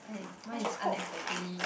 and mine is unexpectedly